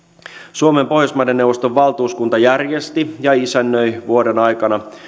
suomen pohjoismaiden neuvoston valtuuskunta järjesti ja isännöi vuoden aikana